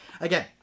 again